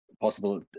possible